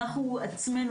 אנחנו עצמנו,